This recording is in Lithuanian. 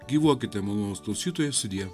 gyvuokite malonūs klausytojai sudie